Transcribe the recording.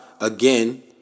Again